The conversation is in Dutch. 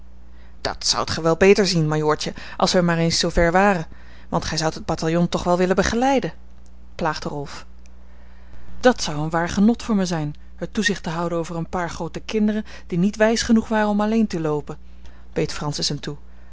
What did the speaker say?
dat zoudt gij wel beter zien majoortje als wij maar eens zoo ver waren want gij zoudt het bataillon toch wel willen begeleiden plaagde rolf dat zou een waar genot voor me zijn het toezicht te houden over een paar groote kinderen die niet wijs genoeg waren om alleen te loopen beet francis hem toe